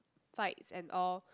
fights and all